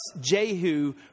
Jehu